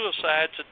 suicides